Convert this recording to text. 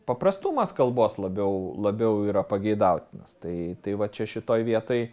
paprastumas kalbos labiau labiau yra pageidautinas tai tai va čia šitoj vietoj